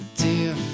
dear